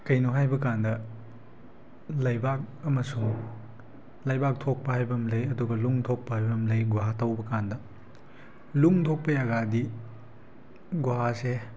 ꯀꯩꯅꯣ ꯍꯥꯏꯕꯀꯥꯟꯗ ꯂꯩꯕꯥꯛ ꯑꯃꯁꯨꯡ ꯂꯩꯕꯥꯛ ꯊꯣꯛꯄ ꯍꯥꯏꯕ ꯑꯃꯂꯩ ꯅꯨꯡ ꯊꯣꯛꯄ ꯍꯥꯏꯕ ꯑꯃ ꯂꯩ ꯒꯨꯍꯥ ꯇꯧꯕꯀꯥꯟꯗ ꯅꯨꯡ ꯊꯣꯛꯄ ꯖꯒꯥꯗꯤ ꯒꯨꯍꯥꯁꯦ